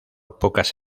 pocas